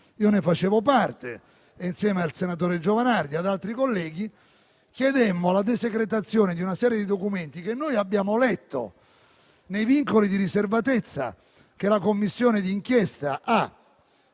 di cui facevo parte insieme al senatore Giovanardi e altri colleghi. Chiedemmo la desecretazione di una serie di documenti che abbiamo letto nei vincoli di riservatezza che la Commissione di inchiesta ha